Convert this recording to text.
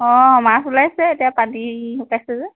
মাছ ওলাইছে এতিয়া পানী শুকাইছে যে